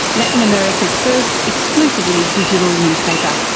latin america's first exclusively digital newspaper.